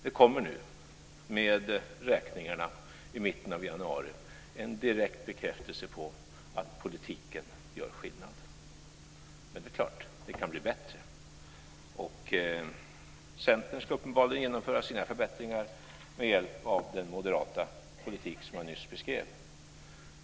Det kommer nu med räkningarna i mitten av januari en direkt bekräftelse på att politiken gör skillnad. Men det är klart att det kan bli bättre. Centern vill uppenbarligen genomföra sina förbättringar med hjälp av den moderata politik som jag nyss beskrev.